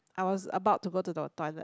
I was about to go to the toilet